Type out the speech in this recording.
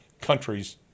countries